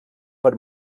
per